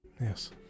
yes